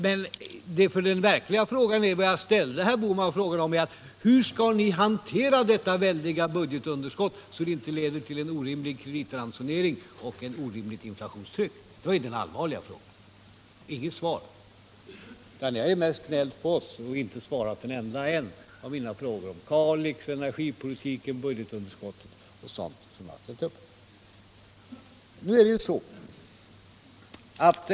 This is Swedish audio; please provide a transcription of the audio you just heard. Men den verkligt allvarliga frågan, som jag ställde till herr Bohman, var hur ni skall hantera detta väldiga budgetunderskott så att det inte leder till en orimlig kreditransonering och ett orimligt inflationstryck. Men jag fick inget svar. Ni har mest gnällt på oss socialdemokrater och inte svarat på en enda av mina frågor — förhållandena i Kalix, energipolitiken, budgetunderskottet och annat.